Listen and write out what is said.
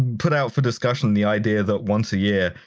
put out for discussion the idea that once a year,